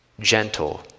gentle